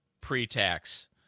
pre-tax